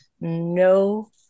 no